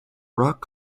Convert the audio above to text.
rock